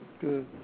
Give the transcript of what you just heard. Good